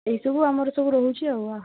ଏଇ ସବୁ ଆମର ସବୁ ରହୁଛି ଆଉ